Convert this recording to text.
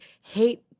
hate